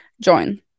join